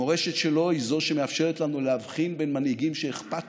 המורשת שלו היא שמאפשרת לנו להבחין בין מנהיגים שאכפת